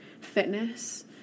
fitness